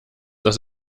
das